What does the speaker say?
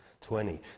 20